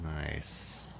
Nice